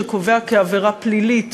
שקובע כעבירה פלילית